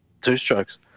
two-strokes